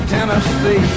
Tennessee